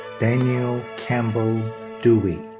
daniel campbell dewey.